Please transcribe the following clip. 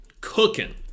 Cooking